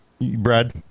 Brad